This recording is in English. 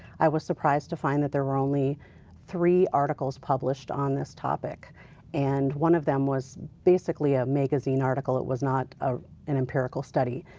i was surprised to find there were only three articles published on this topic and one of them was basically a magazine article, it was not ah an emperical study,